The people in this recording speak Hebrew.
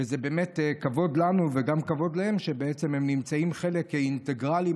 וזה באמת כבוד לנו וגם כבוד להם שבעצם הם חלק אינטגרלי.